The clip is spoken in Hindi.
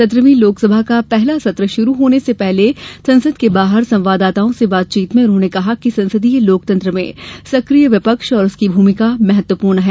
सत्रहवीं लोकसभा का पहला सत्र शुरू होने से पहले संसद के बाहर संवाददाताओं से बातचीत में उन्होंने कहा कि संसदीय लोकतंत्र में सक्रिय विपक्ष और उसकी भूमिका महत्वपूर्ण है